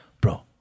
bro